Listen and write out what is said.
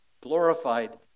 glorified